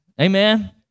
Amen